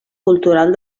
cultural